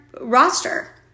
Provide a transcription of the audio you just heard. roster